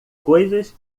coisas